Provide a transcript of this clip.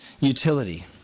utility